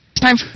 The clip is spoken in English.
time